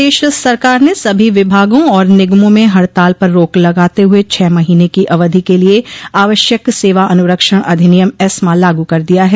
प्रदेश सरकार ने सभी विभागों और निगमों में हड़ताल पर रोक लगाते हुए छह महीने की अवधि के लिए आवश्यक सेवा अनुरक्षण अधिनियम ऐस्मा लागू कर दिया है